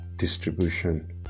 Distribution